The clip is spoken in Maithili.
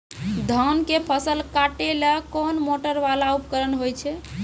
धान के फसल काटैले कोन मोटरवाला उपकरण होय छै?